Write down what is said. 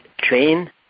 train